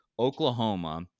Oklahoma